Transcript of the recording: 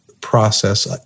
process